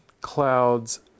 clouds